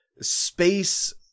space